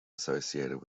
associated